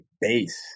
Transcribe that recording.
base